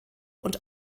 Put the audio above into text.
und